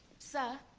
sir?